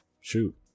shoot